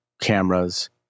cameras